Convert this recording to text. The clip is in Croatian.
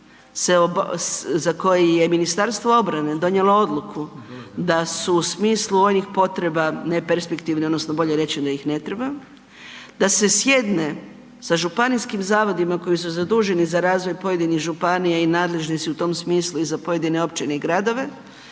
za koje je Ministarstvo obrane donijelo odluku da su u smislu onih potreba neperspektivnih odnosno bolje reći da ih ne treba, da se sjedne sa županijskim zavodima koji su zaduženi za razvoj pojedinih županija i nadležni su u tom smislu i za pojedine općine i gradove,